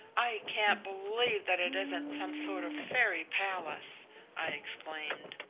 i can't believe that it isn't some sort of fairy palace i exclaimed.